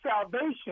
salvation